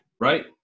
Right